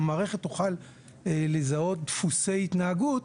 והמערכת תוכל לזהות דפוסי התנהגות.